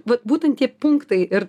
va būtent tie punktai ir